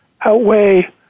outweigh